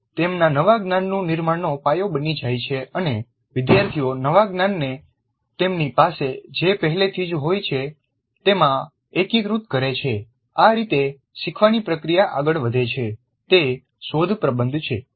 તે તેમના નવા જ્ઞાનનું નિર્માણનો પાયો બની જાય છે અને વિદ્યાર્થીઓ નવા જ્ઞાનને તેમની પાસે જે પહેલેથી જ હોય છે તેમાં એકીકૃત કરે છે આ રીતે શીખવાની પ્રક્રિયા આગળ વધે છે તે શોધ પ્રબંધ છે